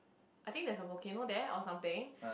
I think there is a volcano there or something